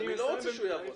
אני לא רוצה שהוא יעבוד.